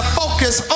focus